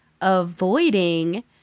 Avoiding